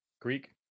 Greek